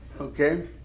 Okay